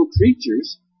creatures